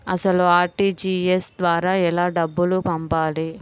అసలు అర్.టీ.జీ.ఎస్ ద్వారా ఎలా డబ్బులు పంపాలి?